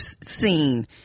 seen